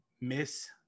miss